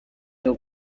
cyo